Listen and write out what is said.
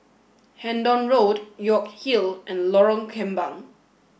Hendon Road York Hill and Lorong Kembang